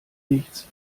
nichts